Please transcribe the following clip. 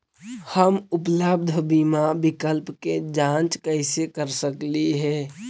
हम उपलब्ध बीमा विकल्प के जांच कैसे कर सकली हे?